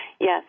Yes